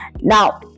Now